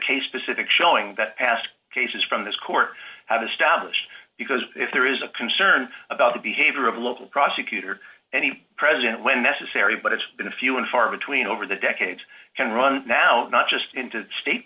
case specific showing that past cases from this court have established because if there is a concern about the behavior of local prosecutor any president when necessary but it's been a few and far between over the decades can run now not just in to state